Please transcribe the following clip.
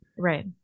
Right